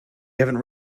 haven’t